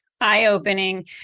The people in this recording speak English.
eye-opening